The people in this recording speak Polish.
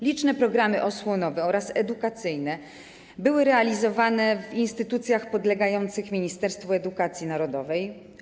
Liczne programy osłonowe oraz edukacyjne były realizowane w instytucjach podlegających Ministerstwu Edukacji Narodowej.